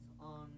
on